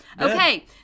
Okay